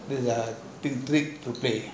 the great great to pay